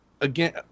again